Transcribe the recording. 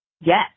yes